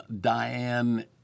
Diane